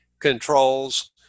controls